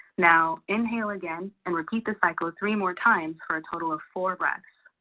now, inhale again and repeat the cycle three more times for a total of four breaths.